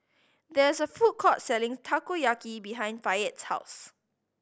there is a food court selling Takoyaki behind Fayette's house